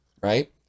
right